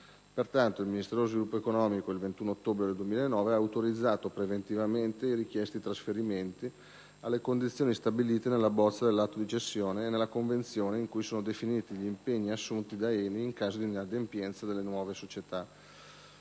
Pertanto il Ministero dello sviluppo economico, in data 21 ottobre 2009, ha autorizzato preventivamente i richiesti trasferimenti, alle condizioni stabilite nella bozza dell'atto di cessione e nella convenzione in cui sono definiti gli impegni assunti da ENI in caso di inadempienza delle nuove società